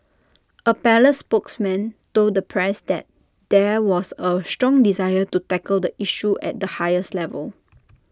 A palace spokesman told the press that there was A strong desire to tackle the issue at the highest levels